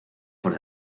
por